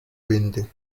rinde